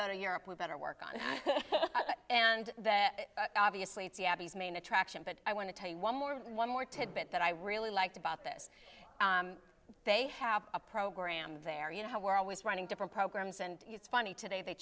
go to europe with better work on it and that obviously it's yabbies main attraction but i want to tell you one more one more tidbit that i really liked about this they have a program there you know how we're always running different programs and it's funny today they